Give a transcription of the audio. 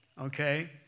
okay